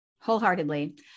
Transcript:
Wholeheartedly